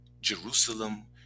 Jerusalem